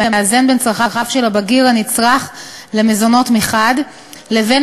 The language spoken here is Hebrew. המאזן בין צרכיו של הבגיר הנצרך למזונות מחד לבין